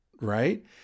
right